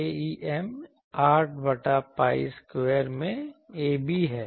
Aem 8 बटा pi square में ab है